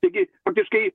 taigi faktiškai